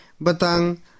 batang